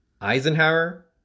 Eisenhower